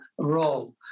role